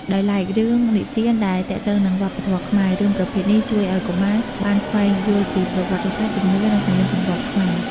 ដោយឡែករឿងនិទានដែលទាក់ទងនឹងវប្បធម៌ខ្មែរ រឿងប្រភេទនេះ ជួយឱ្យកុមារបានស្វែងយល់ពីប្រវត្តិសាស្ត្រ ជំនឿ និងទំនៀមទម្លាប់ខ្មែរ។